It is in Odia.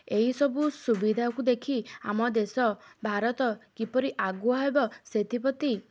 ଏହିସବୁ ସୁବିଧାକୁ ଦେଖି ଆମ ଦେଶ ଭାରତ କିପରି ଆଗୁଆ ହେବ ସେଥିପ୍ରତି